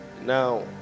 now